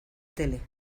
tele